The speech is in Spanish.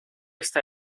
esta